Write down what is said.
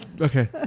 Okay